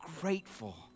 grateful